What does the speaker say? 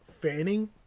fanning